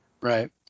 right